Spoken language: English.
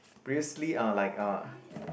previously uh like uh